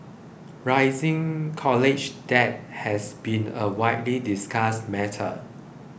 rising college debt has been a widely discussed matter